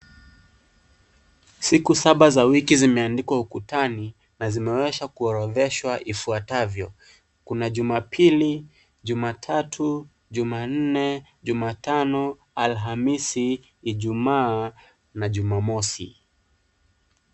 Siku saba za wiki zimeandikwa ukutani na zimeweza kuorodheshwa ifuatavyo kuna jumapili, jumatatu, jumanne, jumatano, alhamisi, ijumaa na jumamosi.